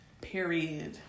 period